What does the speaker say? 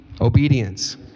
obedience